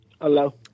Hello